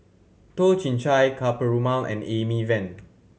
Toh Chin Chye Ka Perumal and Amy Van